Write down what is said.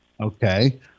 Okay